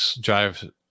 drive